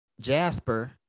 Jasper